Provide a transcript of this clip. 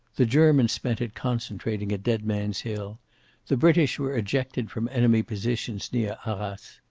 the germans spent it concentrating at dead man's hill the british were ejected from enemy positions near arras.